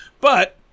But-